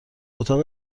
اتاق